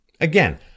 again